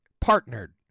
partnered